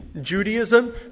Judaism